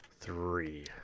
three